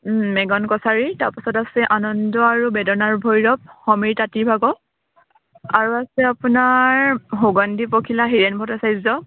Magen কছাৰীৰ তাৰপাছত আছে আনন্দ আৰু বেদনাৰ ভৈৰৱ সমীৰ তাঁতী ভাগৰ আৰু আছে আপোনাৰ সুগন্ধি পখিলা হীৰেণ ভট্টাচাৰ্য্য়